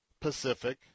Pacific